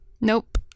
Nope